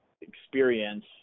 experience